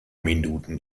minuten